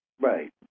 Right